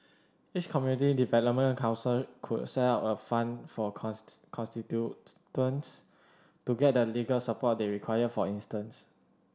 each community development council could set up a fund for constituents to get the legal support they require for instance